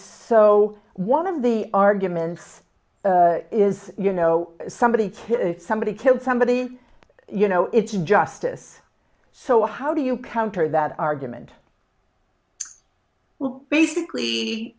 so one of the arguments is you know somebody kill somebody kills somebody you know it's justice so how do you counter that argument well basically